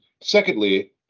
Secondly